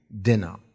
dinner